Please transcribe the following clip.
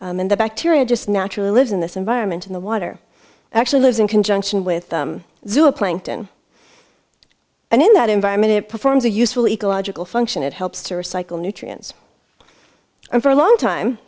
alkaline and the bacteria just naturally lives in this environment in the water actually lives in conjunction with zooplankton and in that environment it performs a useful ecological function it helps to recycle nutrients and for a long time